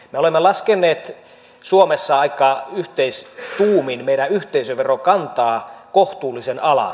me olemme laskeneet suomessa aika yhteistuumin meidän yhteisöverokantaamme kohtuullisen alas